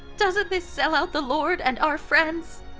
doesn't this sell out the lord and our friends?